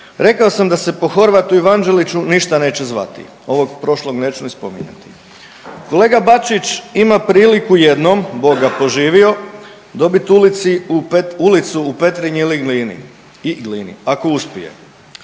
rekao sam da se po Horvatu i Vanđeliću ništa neće zvati. Ovog prošlog neću ni spominjati. Kolega Bačić ima priliku jednom, bog ga poživio, dobit ulicu u Petrinji ili Glini i Glini ako uspije.